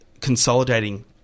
consolidating